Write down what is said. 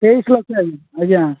ତେଇଶି ଲକ୍ଷ ଆ ଆଜ୍ଞା